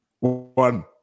One